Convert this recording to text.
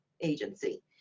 agency